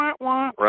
Right